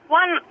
one